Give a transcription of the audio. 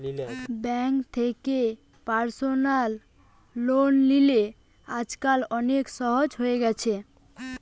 bank থেকে personal loan লিলে আজকাল অনেক সহজ হয়ে গেছে